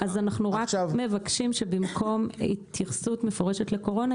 אז אנחנו רק מבקשים שבמקום התייחסות מפורשת לקורונה